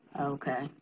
Okay